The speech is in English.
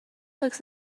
looks